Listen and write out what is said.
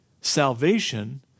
Salvation